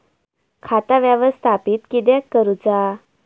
खाता व्यवस्थापित किद्यक करुचा?